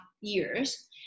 years